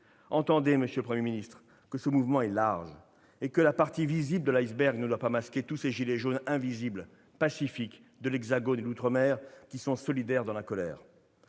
Entendez, monsieur le Premier ministre, que ce mouvement est large, et que la partie visible de l'iceberg ne doit pas masquer tous ces « gilets jaunes » invisibles, pacifiques, de l'Hexagone ou d'outre-mer, qui sont solidaires dans la colère.